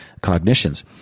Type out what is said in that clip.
cognitions